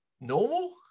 normal